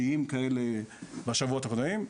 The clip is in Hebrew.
שיאים כאלה בשבועות הקודמים.